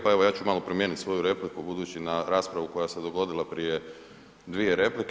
Pa evo ja ću malo promijeniti svoju repliku budući na raspravu koja se dogodila prije dvije replike.